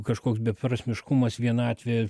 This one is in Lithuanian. kažkoks beprasmiškumas vienatvė